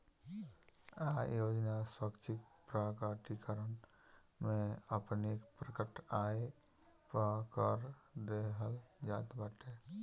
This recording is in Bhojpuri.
आय योजना स्वैच्छिक प्रकटीकरण में अपनी प्रकट आय पअ कर देहल जात बाटे